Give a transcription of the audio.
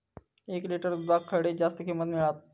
एक लिटर दूधाक खडे जास्त किंमत मिळात?